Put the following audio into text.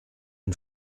une